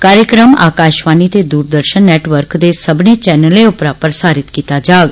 कार्यक्रम आकाशवाणी ते दूरदर्शन नेटवर्क दे सब्बने चैनलें उप्परा प्रसारित कीता जाहग